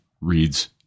reads